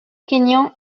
kényan